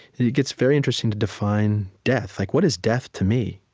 it gets very interesting to define death. like what is death to me?